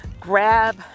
grab